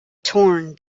torn